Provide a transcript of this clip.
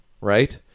right